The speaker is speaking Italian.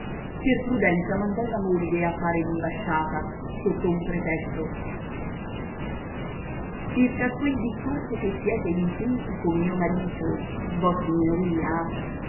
per prudenza mandò la moglie a fare l'imbasciata sotto un pretesto circa a quel discorso che siete intesi con mio marito vossignoria